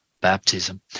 baptism